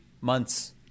months